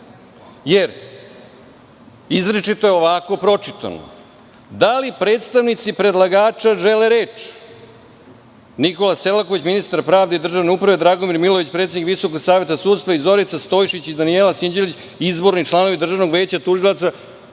jer izričito je ovako pročitano – da li predstavnici predlagača žele reč? Nikola Selaković, ministar pravde i državne uprave, Dragomir Milojević, predsednik Visokog saveta sudstva i Zorica Stojšić i Danijela Sinđelić, izborni članovi Državnog veća tužilaca. Svi